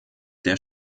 der